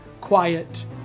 quiet